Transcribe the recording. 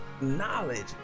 knowledge